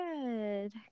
good